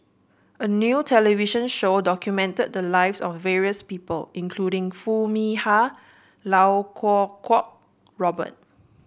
a new television show documented the lives of various people including Foo Mee Har Lau Kuo Kwong Robert